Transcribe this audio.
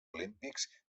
olímpics